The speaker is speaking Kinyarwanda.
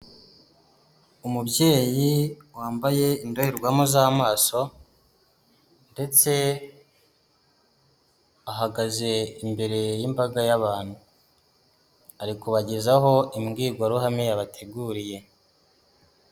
Umubyeyi wambaye indorerwamo z'amaso ndetse ahagaze imbere y'imbaga y'abantu, ari kubagezaho imbwirwaruhame yabateguriye.